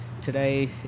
Today